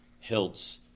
hilts